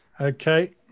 Okay